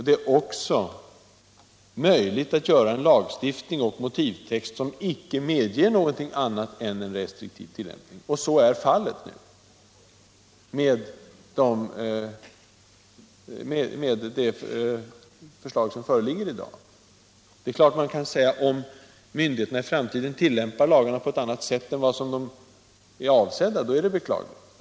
Det är möjligt att införa en lagstiftning och en motivtext som inte medger något annat än en 7n restriktiv tillämpning. Sådant är det förslag som föreligger i dag. Det är klart man kan säga att om myndigheterna i framtiden tillämpar lagarna på ett helt annat sätt än som är avsett, så är det beklagligt.